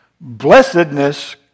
blessedness